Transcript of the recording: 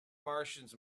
martians